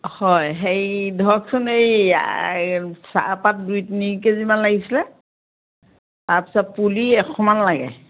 হয় হেৰি ধৰকচোন এই এই চাহপাত দুই তিনি কেজিমান লাগিছিলে তাৰপিছত পুলি এশমান লাগে